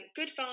Good